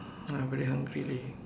I very hungry leh